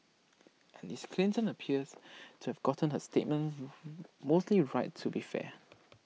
at least Clinton appears to have gotten her statements mostly right to be fair